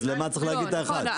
למה צריך להגיד את האחד?